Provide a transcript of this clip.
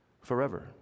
forever